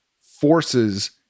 forces